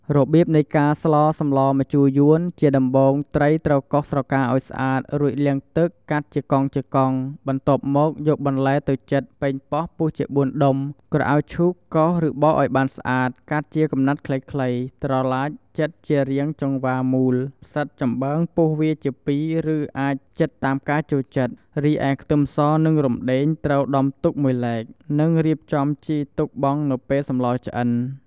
រប្រៀបនៃការស្លសម្លម្ជូរយួន ជាដំបូងត្រីត្រូវកោសស្រកាឱ្យស្អាតរួចលាងទឹកកាត់ជាកង់ៗ បន្ទាប់មកយកបន្លែទៅចិត ប៉េងប៉ោះពុះជាបួនដុំ ក្រអៅឈូកកោតឬបកឱ្យបានស្អាតកាត់ជាកំណាត់ខ្លីៗ ត្រឡាចចិតជារាងចង្វាមូល ផ្សីតចំបើងពុះវាជាពីរឬអាចចិតតាមការចូលចិត្ត រីឯខ្ទឹមសនិងរំដេងត្រូវដំទុកមួយឡែក និងរៀបចំជីទុកបង់នៅពេលសម្លឆ្អិន។